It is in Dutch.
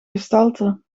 gestalte